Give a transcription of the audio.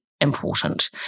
important